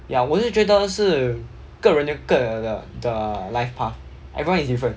ya 我是觉得是个人有个人的 the life path everyone is different